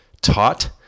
Taught